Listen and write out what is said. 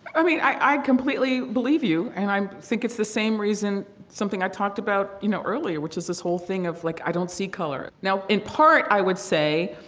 i mean, i i completely believe you, and i think it's the same reason something i talked about, you know, earlier, which is this whole thing of, like, i don't see color. now in part, i would say,